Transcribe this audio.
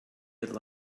had